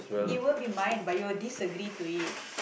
it will be mine but you will disagree to it